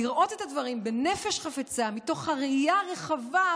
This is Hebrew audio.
לראות את הדברים בנפש חפצה מתוך הראייה הרחבה,